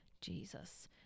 Jesus